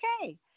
okay